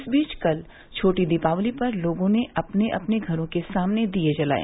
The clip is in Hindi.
इस बीच कल छोटी दीपावली पर लोगों ने अपने अपने घरो के सामने दीए जलाए